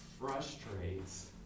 frustrates